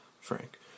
Frank